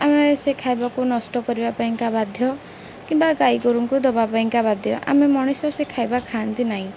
ଆମେ ସେ ଖାଇବାକୁ ନଷ୍ଟ କରିବା ପାଇଁକା ବାଧ୍ୟ କିମ୍ବା ଗାଈ ଗୋରୁଙ୍କୁ ଦବା ପାଇଁକା ବାଧ୍ୟ ଆମେ ମଣିଷ ସେ ଖାଇବା ଖାଆନ୍ତି ନାହିଁ